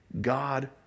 God